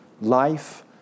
life